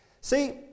See